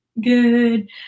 good